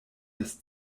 des